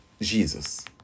Jesus